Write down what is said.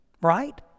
Right